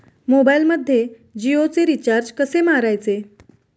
मोबाइलमध्ये जियोचे रिचार्ज कसे मारायचे?